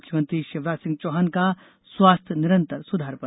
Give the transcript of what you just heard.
मुख्यमंत्री शिवराज सिंह चौहान का स्वास्थ्य निरंतर सुधार पर